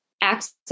access